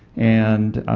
and